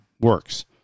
works